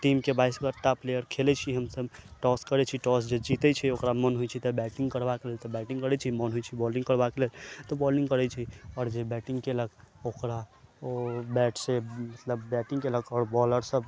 team के बाइसटा player खेलै छी हमसब टॉस करै छी टॉस जे जीतै छै ओकरा मोन होइ छै तऽ बैटिंग करबाक लेल त बैटिंग करै छै मोन होइ छै बॉलिंग करबाक लेल तऽ बॉलिंग करै छै आओर जे बैटिंग केलक ओकरा ओ बैट से मतलब बैटिंग केलक आओर बॉलर सब